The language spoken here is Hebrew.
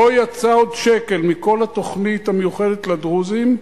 לא יצא עוד שקל מכל התוכנית המיוחדת לדרוזים.